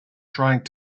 trying